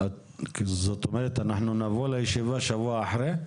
זאת אומרת אנחנו נבוא לישיבה שבוע אחרי?